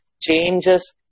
changes